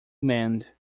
mend